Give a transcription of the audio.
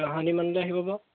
কাহানিমানলৈ আহিব বাৰু